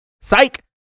Psych